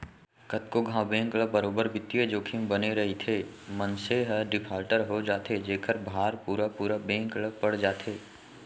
कतको घांव बेंक ल बरोबर बित्तीय जोखिम बने रइथे, मनसे ह डिफाल्टर हो जाथे जेखर भार पुरा पुरा बेंक ल पड़ जाथे